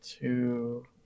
two